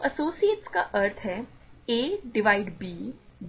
तो एसोसिएट्स का अर्थ है a डिवाइड b